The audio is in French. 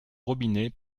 robinet